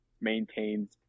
maintains